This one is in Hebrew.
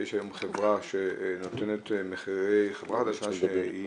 שיש היום חברה שנותנת מחירי --- שהיא